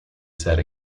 set